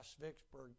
Vicksburg